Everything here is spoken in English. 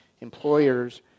Employers